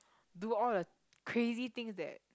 do all the crazy things that